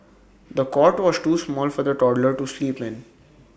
the cot was too small for the toddler to sleep in